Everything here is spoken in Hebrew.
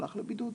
הלך לבידוד.